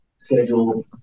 Schedule